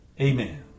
Amen